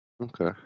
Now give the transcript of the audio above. Okay